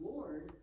Lord